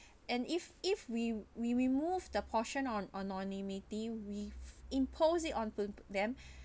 and if if we we remove the portion on on anonymity we impose it on them